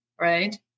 right